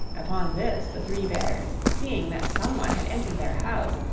upon this the three bears, seeing that someone had entered their house,